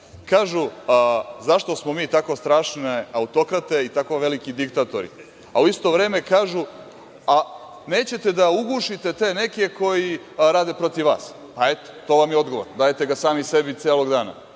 Kažu, zašto smo mi tako strašne autokrate i tako veliki diktatori, a u isto vreme kažu – a nećete da ugušite te neke koji rade protiv vas. Pa eto, to vam je odgovor. Dajete ga sami sebi celog dana